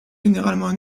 généralement